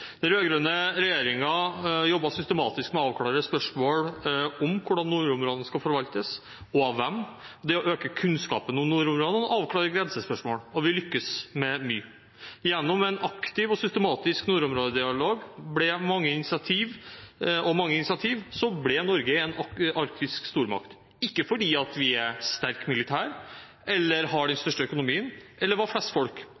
Den rød-grønne regjeringen jobbet systematisk med å avklare spørsmål om hvordan nordområdene skal forvaltes og av hvem, samt med å øke kunnskapen om nordområdene og avklare grensespørsmål, og vi lyktes med mye. Gjennom en aktiv og systematisk nordområdedialog og mange initiativ ble Norge en arktisk stormakt, ikke fordi vi er sterke militært, har den største økonomien eller har flest folk